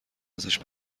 ازش